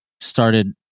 started